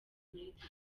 united